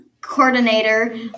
coordinator